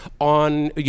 on